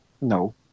No